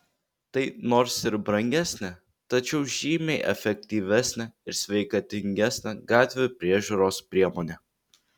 tai nors ir brangesnė tačiau žymiai efektyvesnė ir sveikatingesnė gatvių priežiūros priemonė